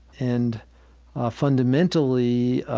and fundamentally,